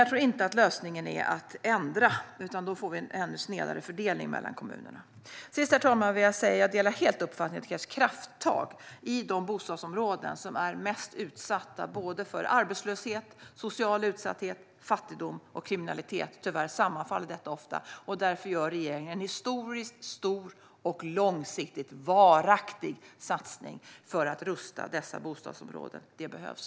Jag tror dock inte att lösningen är att ändra på detta, för då får vi en ännu snedare fördelning mellan kommunerna. Sist, herr talman, vill jag säga: Jag delar helt uppfattningen att det krävs krafttag i de bostadsområden som är mest utsatta - det handlar om arbetslöshet, social utsatthet, fattigdom och kriminalitet. Tyvärr sammanfaller detta ofta. Därför gör regeringen en historiskt stor och långsiktigt varaktig satsning för att rusta dessa bostadsområden. Det behövs.